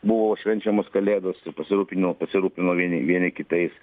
buvo švenčiamos kalėdos pasirūpino pasirūpino vieni vieni kitais